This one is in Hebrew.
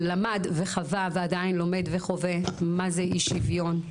שלמד וחווה ועדיין לומד וחווה מה זה אי שוויון,